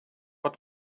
what